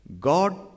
God